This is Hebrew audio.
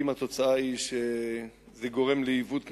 אם התוצאה היא שזה גורם לעיוות נפשי,